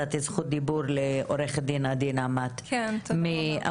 יש לנו היכרות עמוקה עם הקשיים הייחודיים איתם הם מתמודדים,